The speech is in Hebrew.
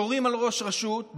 יורים על ראש רשות,